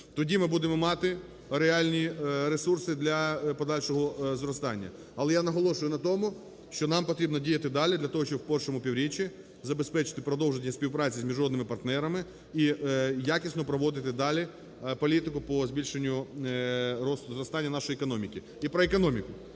Тоді ми будемо мати реальні ресурси для подальшого зростання. Але я наголошую на тому, що нам потрібно діяти далі для того, щоб в першому півріччі забезпечити продовження співпраці з міжнародними партнерами і якісно проводити далі політику по збільшенню зростання нашої економіки. І про економіку.